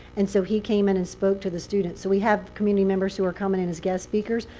and so he came in and spoke to the students. so we have community members who are coming in as guest speakers.